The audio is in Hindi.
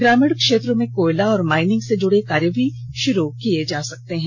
ग्रामीण क्षेत्रों में कोयला और माइनिंग से जुड़े कार्य भी षुरू किये जा सकते हैं